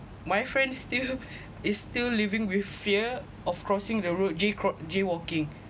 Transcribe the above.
my friend still is still living with fear of crossing the road jacro~ jaywalking